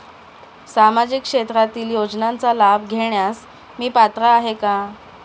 सामाजिक क्षेत्रातील योजनांचा लाभ घेण्यास मी पात्र आहे का?